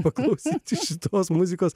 paklausyti šitos muzikos